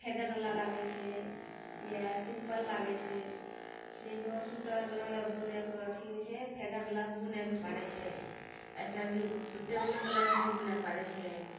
फेदरवला लागै छै या सिम्पल लागै छै जेहन सुइर बुनैके रऽ अथी होइ छै फेदरवलासँ बुनै भी पाड़ै छै अइसे भी टेबुल प्लस ही बुनै पाड़ै छै